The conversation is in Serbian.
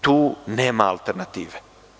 Tu nema alternative.